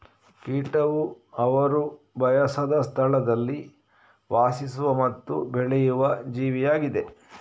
ಕೀಟವು ಅವರು ಬಯಸದ ಸ್ಥಳದಲ್ಲಿ ವಾಸಿಸುವ ಮತ್ತು ಬೆಳೆಯುವ ಜೀವಿಯಾಗಿದೆ